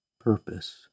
purpose